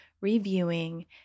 reviewing